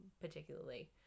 particularly